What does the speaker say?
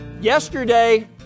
yesterday